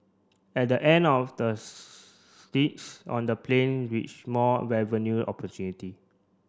on the plane which more revenue opportunities